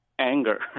anger